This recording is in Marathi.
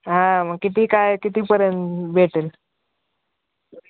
हा मग किती काय किती पर्यंत भेटेल